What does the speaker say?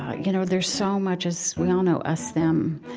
ah you know, there's so much, as we all know, us them.